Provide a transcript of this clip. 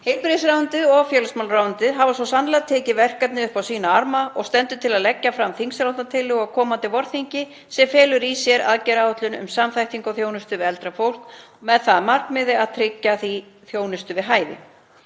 Heilbrigðisráðuneytið og félagsmálaráðuneytið hafa svo sannarlega tekið verkefnið upp á sína arma og stendur til að leggja fram þingsályktunartillögu á komandi vorþingi sem felur í sér aðgerðaáætlun um samþættingu á þjónustu við eldra fólk með það að markmiði að tryggja því þjónustu við hæfi.